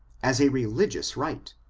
as a religious rite,